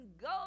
go